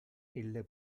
ille